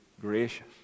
gracious